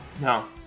No